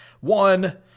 One